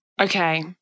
Okay